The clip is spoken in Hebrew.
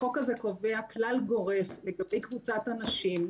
החוק הזה קובע כלל גורף לגבי קבוצת אנשים,